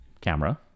camera